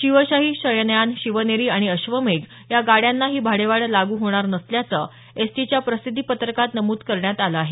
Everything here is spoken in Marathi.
शिवशाही शयनयान शिवनेरी आणि अश्वमेघ या गाड्यांना ही भाडेवाढ लागू होणार नसल्याचं एसटीच्या प्रसिध्दीपत्रकात नमूद करण्यात आलं आहे